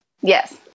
Yes